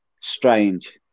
Strange